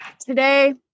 today